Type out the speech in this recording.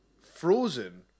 Frozen